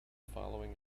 following